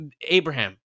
Abraham